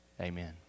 Amen